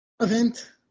event